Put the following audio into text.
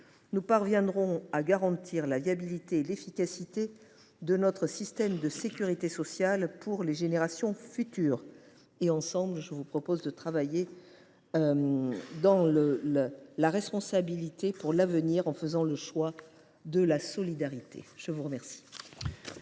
nous parviendrons à garantir la viabilité et l’efficacité de notre système de sécurité sociale pour les générations futures. Ensemble, travaillons dans un esprit de responsabilité pour l’avenir, en faisant le choix de la solidarité. La parole